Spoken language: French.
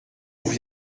vous